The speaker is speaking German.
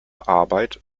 arbeit